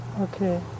Okay